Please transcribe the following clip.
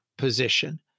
position